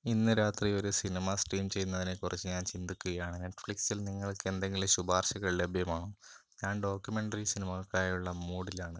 ഇന്ന് രാത്രി ഒരു സിനിമ സ്ട്രീം ചെയ്യുന്നതിനെക്കുറിച്ച് ഞാൻ ചിന്തിക്കുകയാണ് നെറ്റ്ഫ്ലിക്സ്ൽ നിങ്ങൾക്കെന്തെങ്കിലും ശുപാർശകൾ ലഭ്യമാണോ ഞാൻ ഡോക്യുമെൻറ്റ്റി സിനിമകൾക്കായുള്ള മൂഡിലാണ്